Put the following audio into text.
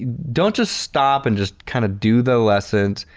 ah don't just stop and just kind of do the lessons.